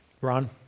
Ron